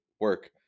work